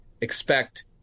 expect